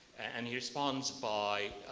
and he responds by